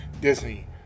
disney